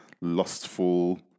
lustful